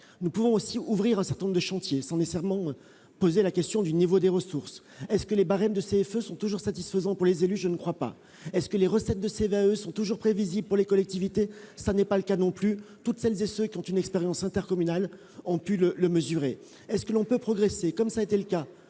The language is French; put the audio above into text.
Nous pouvons aussi ouvrir un certain nombre de chantiers sans nécessairement poser la question du niveau des ressources. Les barèmes de la CFE sont-ils toujours satisfaisants pour les élus ? Je ne le crois pas. Les recettes de la CVAE sont-elles toujours prévisibles pour les collectivités ? Ce n'est pas le cas non plus ; toutes celles et tous ceux qui ont une expérience intercommunale ont pu le mesurer. Peut-on progresser, comme cela a été le cas